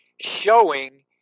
showing